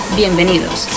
bienvenidos